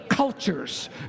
Cultures